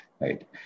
right